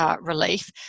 relief